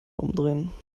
umdrehen